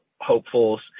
hopefuls